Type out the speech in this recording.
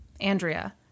Andrea